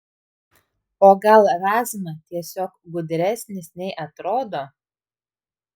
o gal razma tiesiog gudresnis nei atrodo